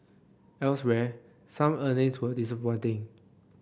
elsewhere some earnings were disappointing